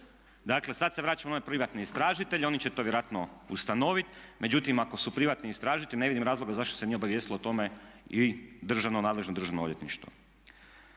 Dakle sada se vraćamo na one privatne istražitelje, oni će to vjerojatno ustanoviti. Međutim, ako su privatni istražitelji ne vidim razloga zašto se nije obavijestilo o tome i državno, nadležno državno odvjetništvo.